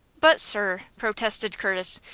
but, sir, protested curtis,